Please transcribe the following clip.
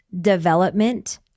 development